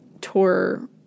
tour